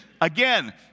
Again